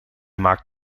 maakt